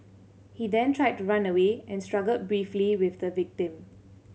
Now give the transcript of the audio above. he then tried to run away and struggled briefly with the victim